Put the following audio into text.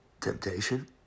temptation